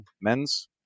men's